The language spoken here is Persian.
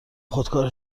خودکار